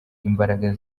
imbaraga